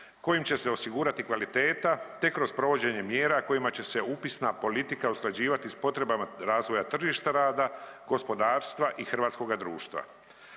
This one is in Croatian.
kojim će se osigurati kvaliteta, te kroz provođenja mjera kojima će se upisna politika usklađivati s potrebama razvoja tržišta rada, gospodarstva i hrvatskoga društva.